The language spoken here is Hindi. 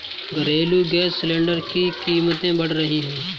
घरेलू गैस सिलेंडर की कीमतें बढ़ रही है